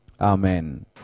Amen